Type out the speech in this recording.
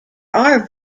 are